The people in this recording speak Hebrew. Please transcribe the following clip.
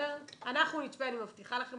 אנחנו נצפה, אני מבטיחה לכם.